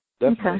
Okay